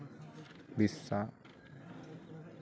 Odisha